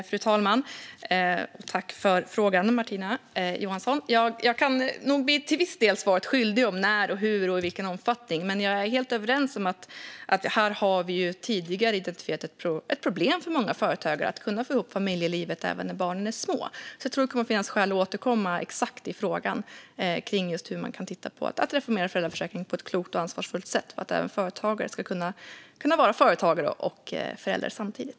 Fru talman! Tack för frågan, Martina Johansson! Jag kan nog till viss del bli svaret skyldig när det gäller när, hur och i vilken omfattning. Men jag är helt överens med Martina Johansson om att vi tidigare har identifierat ett problem för många företagare att kunna få ihop familjelivet även när barnen är små. Jag tror att det kommer att finnas skäl att återkomma mer exakt i frågan om hur man kan titta på att reformera föräldraförsäkringen på ett klokt och ansvarsfullt sätt så att även företagare ska kunna arbeta och vara föräldrar samtidigt.